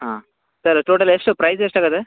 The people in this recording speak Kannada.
ಹಾಂ ಸರ್ ಟೋಟಲ್ ಎಷ್ಟು ಪ್ರೈಸ್ ಎಷ್ಟಾಗತ್ತೆ